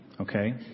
okay